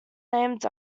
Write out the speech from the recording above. named